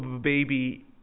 Baby